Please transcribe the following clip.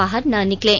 बाहर न निकलें